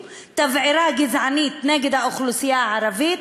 תבערה גזענית נגד האוכלוסייה הערבית,